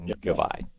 Goodbye